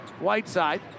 Whiteside